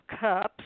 Cups